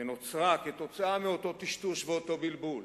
נוצרה, כתוצאה מאותו טשטוש ואותו בלבול,